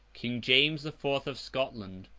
king james the fourth of scotland,